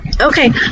Okay